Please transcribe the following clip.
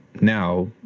now